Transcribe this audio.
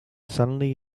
suddenly